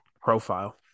profile